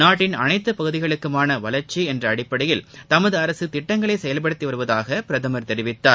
நாட்டின் அனைத்து பகுதிகளுக்குமான வளர்ச்சி என்ற அடிப்படையில் தமது அரசு திட்டங்களை செயல்படுத்தி வருவதாக பிரதமர் தெரிவித்தார்